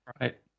right